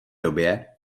době